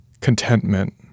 contentment